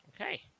Okay